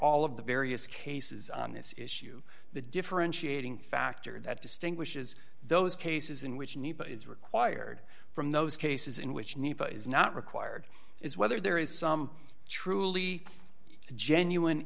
all of the various cases on this issue the differentiating factor that distinguishes those cases in which need is required from those cases in which media is not required is whether there is some truly genuine